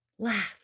Laugh